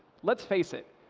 let's face it,